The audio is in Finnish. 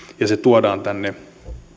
ja se tuodaan tänne